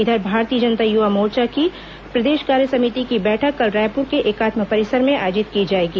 उधर भारतीय जनता युवा मोर्चा की प्रदेश कार्य समिति की बैठक कल रायपुर के एकात्म परिसर में आयोजित की जाएगी